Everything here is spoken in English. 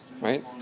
Right